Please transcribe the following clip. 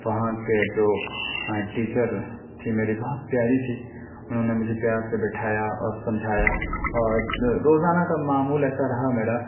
وہاں کے جو ٹیچر تھی میری بہت پیاری تھی انہوں نے مجھے پیار سے بٹھایا اور سمجھایا اور روزانہ کا معمول ایسا رہا میرا